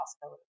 possibility